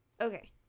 Okay